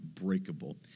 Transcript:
unbreakable